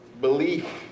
Belief